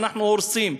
אנחנו הורסים.